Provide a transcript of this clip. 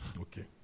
Okay